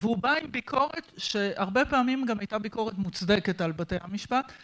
והוא בא עם ביקורת שהרבה פעמים גם הייתה ביקורת מוצדקת על בתי המשפט.